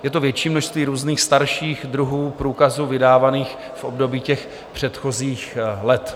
Je to větší množství různých starších druhů průkazů vydávaných v období předchozích let.